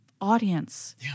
audience